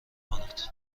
کند